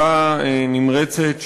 (תיקון מס' 12),